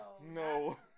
No